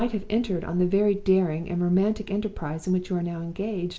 you might have entered on the very daring and romantic enterprise in which you are now engaged,